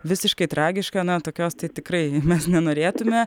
visiškai tragiška na tokios tai tikrai mes nenorėtume